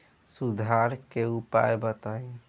सुधार के उपाय बताई?